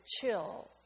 chill